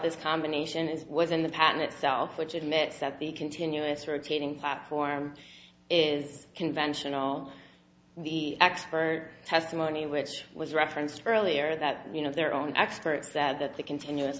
this combination is was in the patent itself which admits that the continuous rotating platform is conventional the expert testimony which was referenced earlier that you know their own experts said that the continuous